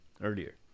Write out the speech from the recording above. earlier